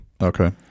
Okay